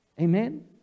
Amen